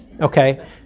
Okay